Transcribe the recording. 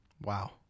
Wow